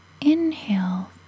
Inhale